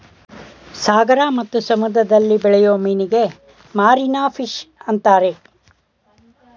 ಸಾಗರ ಮತ್ತು ಸಮುದ್ರದಲ್ಲಿ ಬೆಳೆಯೂ ಮೀನಿಗೆ ಮಾರೀನ ಫಿಷ್ ಅಂತರೆ